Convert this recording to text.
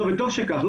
וטוב שכך.